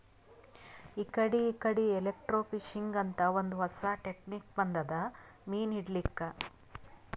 ಇಕಡಿ ಇಕಡಿ ಎಲೆಕ್ರ್ಟೋಫಿಶಿಂಗ್ ಅಂತ್ ಒಂದ್ ಹೊಸಾ ಟೆಕ್ನಿಕ್ ಬಂದದ್ ಮೀನ್ ಹಿಡ್ಲಿಕ್ಕ್